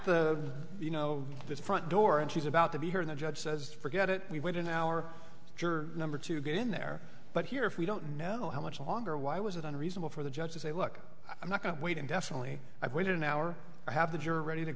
the you know the front door and she's about to be heard the judge says forget it we went in our juror number to get in there but here if we don't know how much longer why was it unreasonable for the judge to say look i'm not going to wait indefinitely i've waited an hour i have the juror ready to